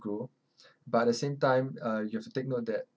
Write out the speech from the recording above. grow but at the same time uh you have to take note that